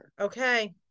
Okay